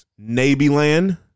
Navyland